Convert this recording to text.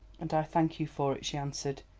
and i thank you for it, she answered.